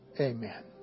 amen